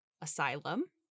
asylum